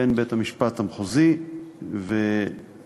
בין בית-המשפט המחוזי ובין,